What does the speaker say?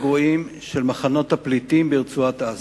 גרועים מאלה שבמחנות הפליטים ברצועת-עזה.